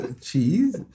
Cheese